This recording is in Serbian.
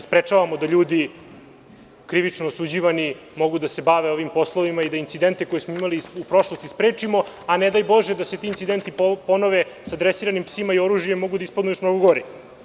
Sprečavamo da ljudi, krivično osuđivani, mogu da se bave ovim poslovima i da incidente koje smo imali u prošlosti sprečimo, a ne daj Bože da se ti incidenti ponovo sa dresiranim psima i oružjem, mogu da ispadnu još mnogo gori.